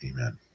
Amen